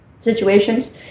situations